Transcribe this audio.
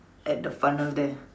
at the funnel there